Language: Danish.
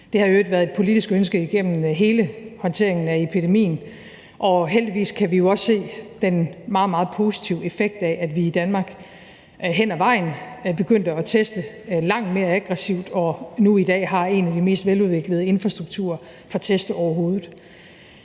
Det har i øvrigt været et politisk ønske igennem hele håndteringen af epidemien. Heldigvis kan vi jo også se den meget, meget positive effekt af, at vi i Danmark hen ad vejen er begyndt at teste langt mere aggressivt og nu i dag har en af de mest veludviklede infrastrukturer for test overhovedet.